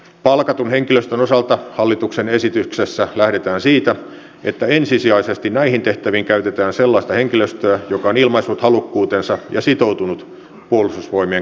palkatun henkilöstön osalta hallituksen esityksessä lähdetään siitä että ensisijaisesti näihin tehtäviin käytetään sellaista henkilöstöä joka on ilmaissut halukkuutensa ja sitoutunut puolustusvoimien kansainväliseen toimintaan